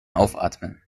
aufatmen